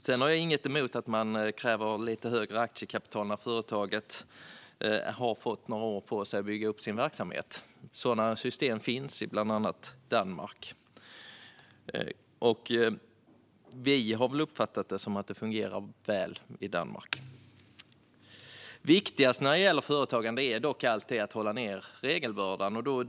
Jag har dock inget emot att man kräver högre aktiekapital när företaget har haft några år på sig att bygga upp sin verksamhet. Ett sådant system finns i bland annat Danmark, och vi har uppfattat att det fungerar väl där. Viktigast när det gäller företagande är dock att minska regelbördan.